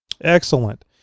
Excellent